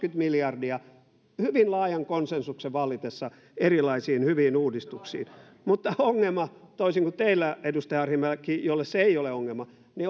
miljardia hyvin laajan konsensuksen vallitessa erilaisiin hyviin uudistuksiin mutta ongelma toisin kuin teille edustaja arhinmäki jolle se ei ole